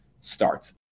starts